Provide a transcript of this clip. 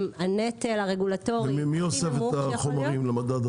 הנטל הרגולטורי הכי נמוך שיכול להיות -- מי אוסף את החומרים למדד הזה?